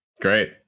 great